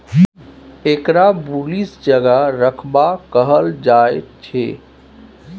एकरा बुलिश जगह राखब कहल जायछे